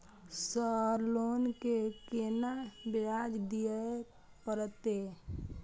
Sir loan के केना ब्याज दीये परतें?